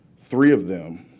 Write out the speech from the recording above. three of them